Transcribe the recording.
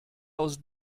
aus